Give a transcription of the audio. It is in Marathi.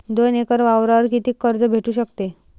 दोन एकर वावरावर कितीक कर्ज भेटू शकते?